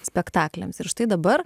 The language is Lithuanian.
spektakliams ir štai dabar